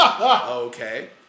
Okay